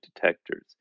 detectors